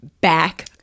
back